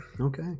Okay